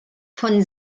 von